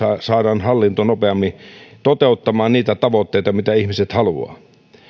saadaan hallinto nopeammin toteuttamaan niitä tavoitteita mitä ihmiset haluavat